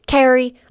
Carrie